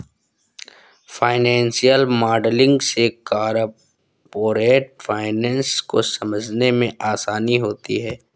financial modelling से corporate finance को समझने में आसानी होती है